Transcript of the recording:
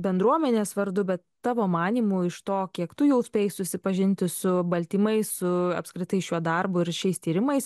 bendruomenės vardu bet tavo manymu iš to kiek tu jau spėjai susipažinti su baltymais su apskritai šiuo darbu ir šiais tyrimais